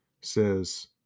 says